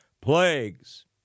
plagues